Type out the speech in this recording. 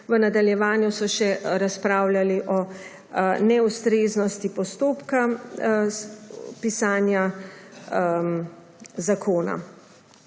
V nadaljevanju so še razpravljali o neustreznosti postopka pisanja zakona.